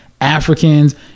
Africans